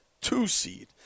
two-seed